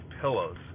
pillows